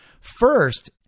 First